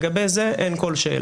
לגבי זה אין כל שאלה.